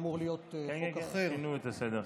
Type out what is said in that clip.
כן, שינו את הסדר.